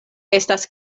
estas